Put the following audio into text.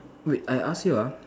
wait I ask you ah